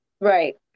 Right